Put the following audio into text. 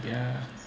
yeah